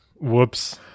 Whoops